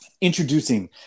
Introducing